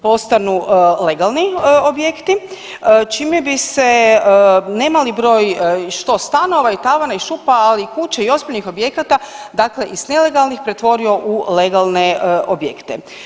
postanu legalni objekti, čime bi se nemali broj, što stanova i tavana i šupa, ali kuća i ozbiljnih objekata dakle iz nelegalnih pretvorio u legalne objekte.